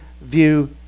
view